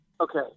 okay